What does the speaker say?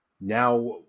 now